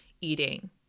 eating